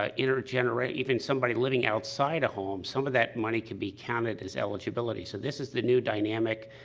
ah you know ah, even somebody living outside a home. some of that money can be counted as eligibility. so, this is the new dynamic,